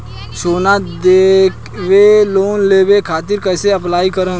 सोना देके लोन लेवे खातिर कैसे अप्लाई करम?